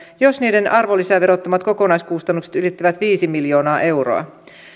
jos niiden arvonlisäverottomat kokonaiskustannukset ylittävät viisi miljoonaa euroa